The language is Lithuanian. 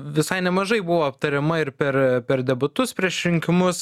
visai nemažai buvo aptariama ir per per debatus prieš rinkimus